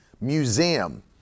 museum